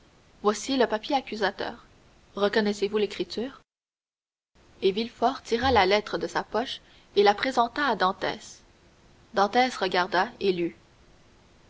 voici le papier accusateur reconnaissez-vous l'écriture et villefort tira la lettre de sa poche et la présenta à dantès dantès regarda